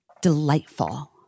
delightful